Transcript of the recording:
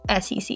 SEC